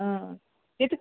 कितें